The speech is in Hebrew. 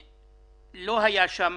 לא היה שם